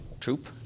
troop